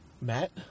Matt